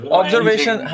observation